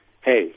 hey